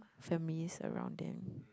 families around them